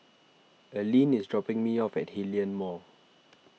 Aline is dropping me off at Hillion Mall